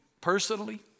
personally